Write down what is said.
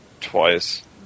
twice